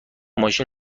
ماشین